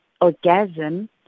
orgasm